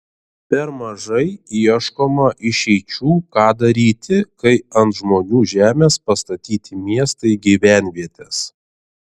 per mažai ieškoma išeičių ką daryti kai ant žmonių žemės pastatyti miestai gyvenvietės